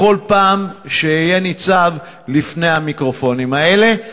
בכל פעם שאהיה ניצב לפני המיקרופונים האלה,